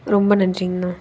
ரொம்ப நன்றிங்கண்ணா